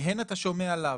מהן אתה שומע לאו.